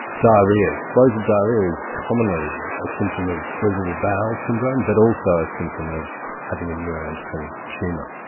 diarrhoea, explosive diarrhoea is commonly a symptom of irritable bowel syndrome but also a symptom of having a neuroendocrine tumour.